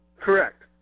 Correct